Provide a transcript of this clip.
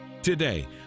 Today